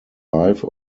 life